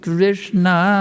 Krishna